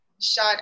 shot